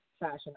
fashion